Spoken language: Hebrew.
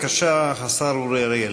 בבקשה, השר אורי אריאל.